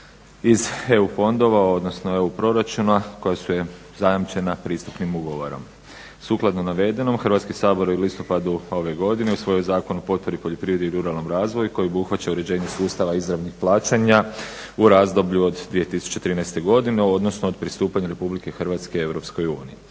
iz EU fondova koja su joj zajamčeni pristupnim ugovorom. Sukladno navedenome Hrvatski sabor je u listopadu 2012. godine usvojio Zakon o potpori poljoprivredi, ruralnom razvoju koji obuhvaća uređenje sustava izravnih plaćanja u razdoblju od 2013. godine, o odnosno pristupanja Hrvatske EU.